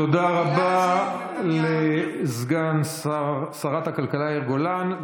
תודה רבה לסגן שרת הכלכלה יאיר גולן.